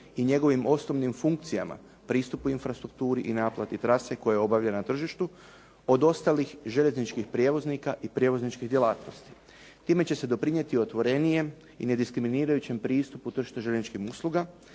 i njegovim osnovnim funkcijama, pristupu infrastrukturi i naplati trase koja je obavljena na tržištu od ostalih željezničkih prijevoznika i prijevozničkih djelatnosti. Time će se doprinijeti otvorenijem i nediskriminirajućem pristupu tržištu željezničkim usluga,